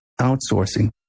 outsourcing